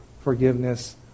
forgiveness